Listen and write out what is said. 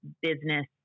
business